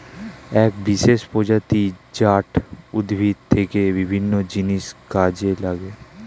এক বিশেষ প্রজাতি জাট উদ্ভিদ থেকে বিভিন্ন জিনিস কাজে লাগে